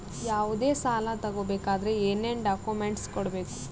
ಯಾವುದೇ ಸಾಲ ತಗೊ ಬೇಕಾದ್ರೆ ಏನೇನ್ ಡಾಕ್ಯೂಮೆಂಟ್ಸ್ ಕೊಡಬೇಕು?